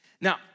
Now